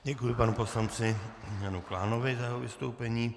Děkuji panu poslanci Janu Klánovi za jeho vystoupení.